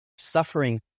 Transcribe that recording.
Suffering